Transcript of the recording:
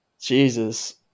Jesus